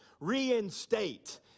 reinstate